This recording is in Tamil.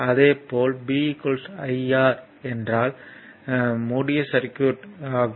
அதேபோல் b IR என்றால் மூடிய சர்க்யூட் ஆகும்